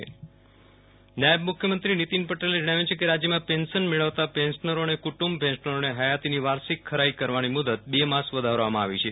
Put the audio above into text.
Viral Rana pensioner હયાત નાયબ મુખ્મંત્રી નીતિન પટેલે જજ્ઞાવ્યું છે કે રાજ્યમાં પેન્શન મેળવતા પેન્શનરો અને કુટુંબ પેન્શનરોને હયાતીની વાર્ષિક ખરાઈ કરવાની મુદત બે માસ વધારવામાં આવી છે